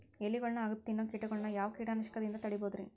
ಎಲಿಗೊಳ್ನ ಅಗದು ತಿನ್ನೋ ಕೇಟಗೊಳ್ನ ಯಾವ ಕೇಟನಾಶಕದಿಂದ ತಡಿಬೋದ್ ರಿ?